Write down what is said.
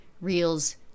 Reels